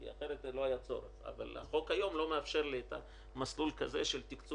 כי רצינו לאור הנסיבות לייצר מסלול ירוק